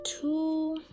two